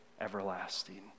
everlasting